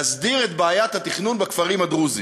להסדיר את בעיית התכנון בכפרים הדרוזיים.